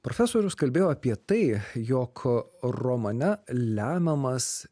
profesorius kalbėjo apie tai jog romane lemiamas